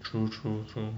true true true